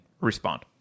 respond